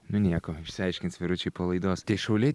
nu nieko išsiaiškins vyručiai po laidos tai šauliai